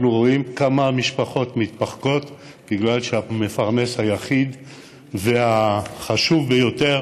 אנחנו רואים כמה משפחות מתפרקות בגלל שהמפרנס היחיד והחשוב ביותר